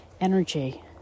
energy